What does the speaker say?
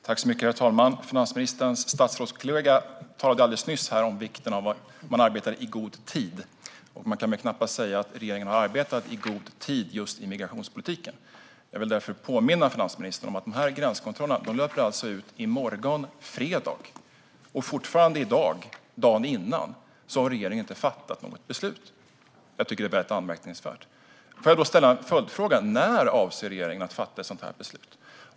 Herr talman! Finansministerns statsrådskollega talade alldeles nyss om vikten av att arbeta i god tid. Man kan knappast säga att regeringen har arbetat i god tid vad gäller just migrationspolitiken. Jag vill därför påminna finansministern om att gränskontrollerna löper ut i morgon fredag. Fortfarande i dag, dagen innan, har regeringen inte fattat något beslut. Jag tycker att det är väldigt anmärkningsvärt. Låt mig ställa en följdfråga: När avser regeringen att fatta ett sådant beslut?